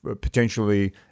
potentially